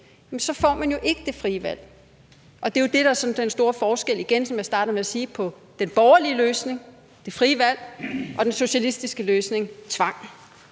så får man jo ikke det frie valg. Det er jo det, der sådan igen er den store forskel, hvad jeg startede med at sige, på den borgerlige løsning, altså det frie valg, og den socialistiske løsning, altså